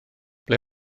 ble